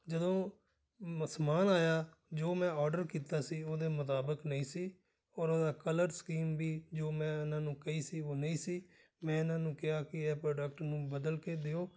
ਜਦੋਂ ਮ ਸਮਾਨ ਆਇਆ ਜੋ ਮੈਂ ਔਡਰ ਕੀਤਾ ਸੀ ਉਹਦੇ ਮੁਤਾਬਕ ਨਹੀਂ ਸੀ ਔਰ ਉਹਦਾ ਕਲਰ ਸਕੀਮ ਵੀ ਜੋ ਮੈਂ ਉਹਨਾਂ ਨੂੰ ਕਹੀ ਸੀ ਉਹ ਨਹੀਂ ਸੀ ਮੈਂ ਇਹਨਾਂ ਨੂੰ ਕਿਹਾ ਕਿ ਇਹ ਪ੍ਰੋਡਕਟ ਨੂੰ ਬਦਲ ਕੇ ਦਿਉ